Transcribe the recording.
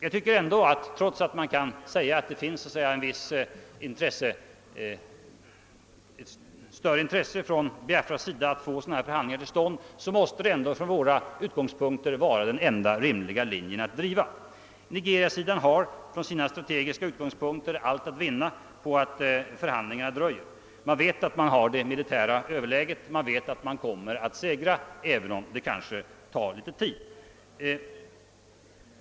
Jag tycker att trots att man kan säga att Biafra visar ett större intresse att få till stånd sådana förhandlingar måste från våra utgångspunkter den enda rimliga linjen vara att förhandlingar skall komma till stånd. Nigeriasidan har under sina strategiska förutsättningar allt att vinna på att förhandlingarna dröjer — man vet att man har det militära övertaget, att man kommer att segra även om det tar litet tid.